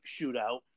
shootout